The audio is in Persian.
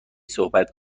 صحبت